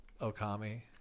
Okami